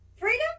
freedom